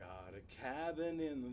got a cabin in